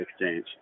Exchange